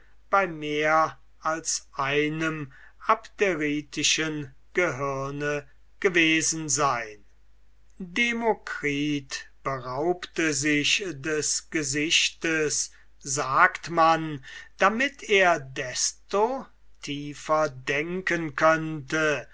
bei mehr als einem abderitischen gehirne gewesen sein demokritus beraubte sich des gesichtes sagt man damit er desto tiefer denken könnte